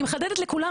אני מחדדת לכולם,